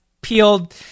peeled